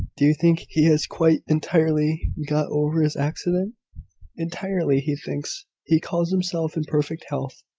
do you think he has quite, entirely, got over his accident entirely, he thinks. he calls himself in perfect health.